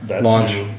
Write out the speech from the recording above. launch